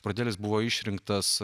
bradelis buvo išrinktas